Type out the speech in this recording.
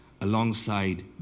alongside